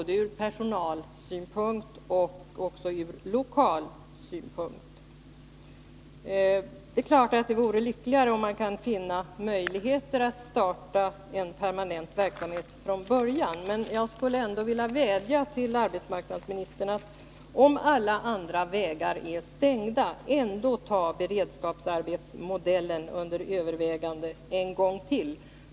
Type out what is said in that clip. Det är klart att det vore lyckligare om man kunde finna möjligheter att starta med en permanent verksamhet från början. Men jag skulle ändå vilja vädja till arbetsmarknadsministern att, om alla andra vägar är stängda, ta beredskapsarbetsmodellen under övervägande en gång till.